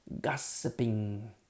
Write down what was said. gossiping